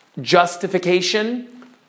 Justification